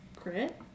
Crit